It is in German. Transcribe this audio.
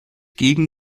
gegen